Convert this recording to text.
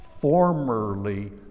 formerly